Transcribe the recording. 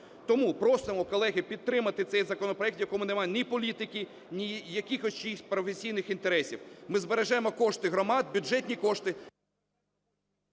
Тому просимо, колеги, підтримати цей законопроект, в якому нема ні політики, ні якихось чиїхось професійних інтересів. Ми збережемо кошти громад, бюджетні кошти…